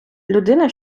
людина